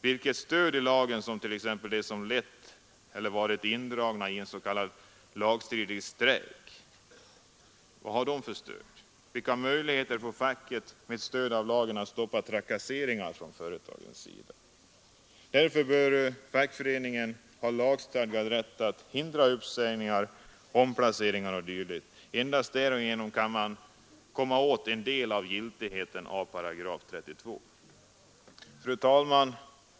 Vilket stöd i lagen har t.ex. de som lett eller varit indragna i en s.k. ”lagstridig” strejk? Vilka möjligheter får facket med stöd av lagen att stoppa trakasseringar från företagens sida? Därför bör fackföreningen ha lagstadgad rätt att hindra uppsägningar, omplaceringar o. d. Endast därigenom kan man komma åt en del av giltigheten av § 32. Fru talman!